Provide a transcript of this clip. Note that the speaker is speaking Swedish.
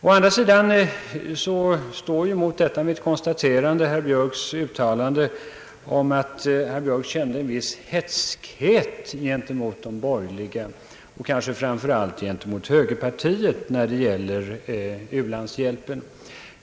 Å andra sidan står emot detta mitt konstaterande herr Björks uttalande om att han kände en viss hätskhet gentemot de borgerliga partierna och kanske framför allt gentemot högerpartiet när det gäller u-landshjälpen.